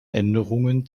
änderungen